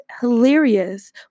hilarious